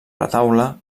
retaule